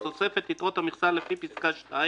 בתוספת יתרת המכסה לפי פסקה (2)